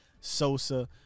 Sosa